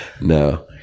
No